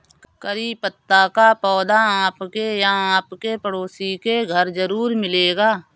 करी पत्ता का पौधा आपके या आपके पड़ोसी के घर ज़रूर मिलेगा